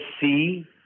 see